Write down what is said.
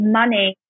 money